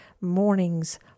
mornings